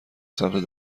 سمت